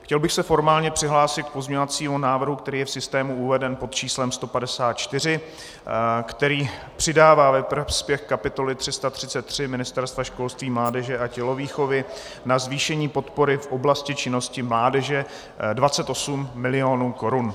Chtěl bych se formálně přihlásit k pozměňovacímu návrhu, který je v systému uveden pod č. 154, který přidává ve prospěch kapitoly 333 Ministerstva školství, mládeže a tělovýchovy na zvýšení podpory v oblasti činnosti mládeže 28 mil. korun.